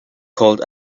called